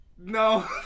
No